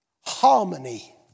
harmony